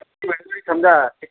समजा